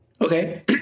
Okay